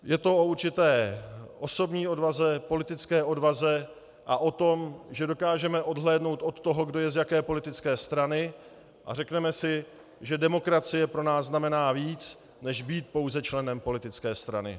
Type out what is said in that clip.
Je to o určité osobní odvaze, politické odvaze a o tom, že dokážeme odhlédnout od toho, kdo je z jaké politické strany, a řekneme si, že demokracie pro nás znamená víc než být pouze členem politické strany.